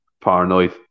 paranoid